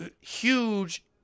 huge